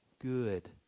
good